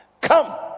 come